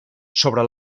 sobre